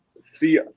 see